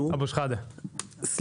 אנחנו